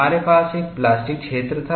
हमारे पास एक प्लास्टिक क्षेत्र था